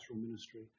ministry